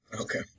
Okay